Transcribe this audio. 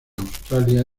australia